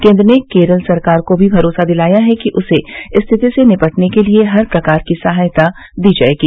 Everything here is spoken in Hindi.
केन्द्र ने केरल सरकार को भी भरोसा दिलाया है कि उसे स्थिति से निपटने के लिए हर प्रकार की सहायता दी जायेगी